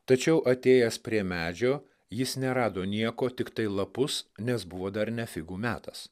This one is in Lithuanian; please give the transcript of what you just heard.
tačiau atėjęs prie medžio jis nerado nieko tiktai lapus nes buvo dar ne figų metas